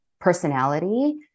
personality